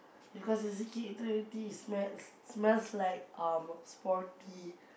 because the C_K Eternity smell smells like um sporty